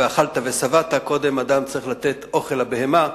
ואכלת ושבעת" קודם אדם צריך לתת אוכל לבהמה,